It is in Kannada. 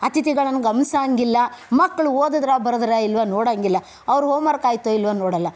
ಅತಿಥಿಗಳನ್ನು ಗಮನಿಸೋಹಂಗಿಲ್ಲ ಮಕ್ಕಳು ಓದಿದ್ರ ಬರೆದ್ರ ಇಲ್ವಾ ನೋಡೋಹಂಗಿಲ್ಲ ಅವ್ರ ಹೋಮ್ವರ್ಕಾಯಿತಾ ಇಲ್ವಾ ನೋಡೋಲ್ಲ